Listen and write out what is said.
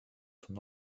son